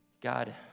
God